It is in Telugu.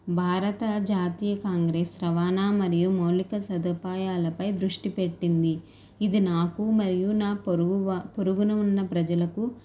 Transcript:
భారత జాతీయ కాంగ్రెస్ రవాణా మరియు మౌలిక సదుపాయాలపై దృష్టి పెట్టింది ఇది నాకు మరియు నా పొరుగు వారి పొరుగున ఉన్న ప్రజలకు